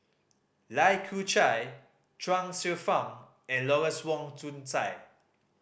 Lai Kew Chai Chuang Hsueh Fang and Lawrence Wong Shyun Tsai